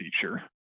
feature